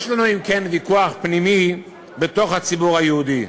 יש לנו אם כן ויכוח פנימי בתוך הציבור היהודי,